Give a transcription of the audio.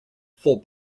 full